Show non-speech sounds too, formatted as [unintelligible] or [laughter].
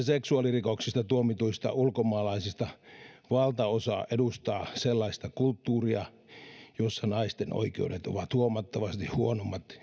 [unintelligible] seksuaalirikoksista tuomituista ulkomaalaisista valtaosa edustaa sellaista kulttuuria jossa naisten oikeudet ovat huomattavasti huonommat